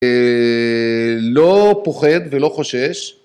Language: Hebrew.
לא פוחד ולא חושש.